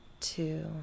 two